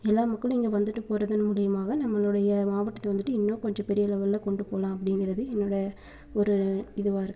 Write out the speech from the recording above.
எல்லா மக்களும் இங்கே வந்துட்டு போகிறதன் மூலயமாக நம்மளோடைய மாவட்டத்தை வந்துட்டு இன்னும் கொஞ்சம் பெரிய லெவல்ல கொண்டு போகலாம் அப்படிங்குறது என்னோடய ஒரு இதுவாக இருக்குது